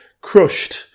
crushed